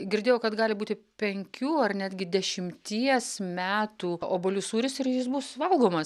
girdėjau kad gali būti penkių ar netgi dešimties metų obuolių sūris ir jis bus valgomas